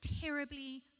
terribly